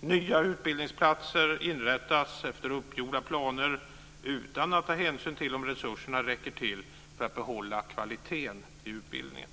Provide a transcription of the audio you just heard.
Nya utbildningsplatser inrättas efter uppgjorda planer utan att ta hänsyn till om resurserna räcker till för att behålla kvaliteten i utbildningen.